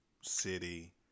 city